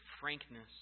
frankness